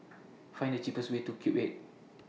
Find The cheapest Way to Cube eight